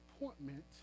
appointment